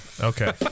okay